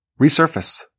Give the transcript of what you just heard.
resurface